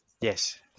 Yes